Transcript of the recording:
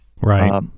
right